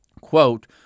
quote